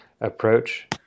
approach